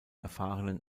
erfahrenen